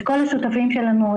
את כל השותפים שלנו,